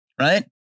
right